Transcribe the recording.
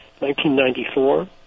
1994